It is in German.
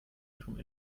ihrem